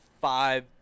five